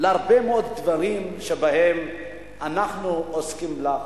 להרבה מאוד דברים שבהם אנחנו עוסקים לאחרונה.